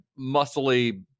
muscly